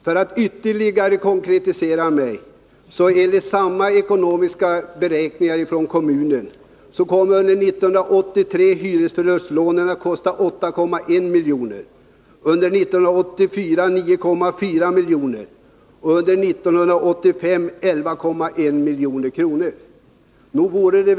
För att ytterligare konkretisera mig vill jag säga att enligt samma ekonomiska beräkningar från denna kommun, så kommer hyresförlustlånen att kosta 8,1 milj.kr. under 1983, 9,4 milj.kr. under 1984 och 11,1 milj.kr. under 1985.